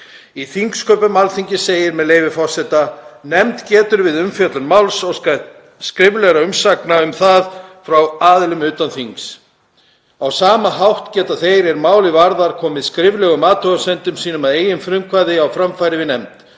Í þingsköpum Alþingis segir, með leyfi forseta: „Nefnd getur við umfjöllun máls óskað skriflegra umsagna um það frá aðilum utan þings. Á sama hátt geta þeir er mál varðar komið skriflegum athugasemdum sínum að eigin frumkvæði á framfæri við nefnd.